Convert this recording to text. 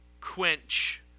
quench